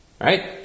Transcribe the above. Right